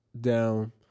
down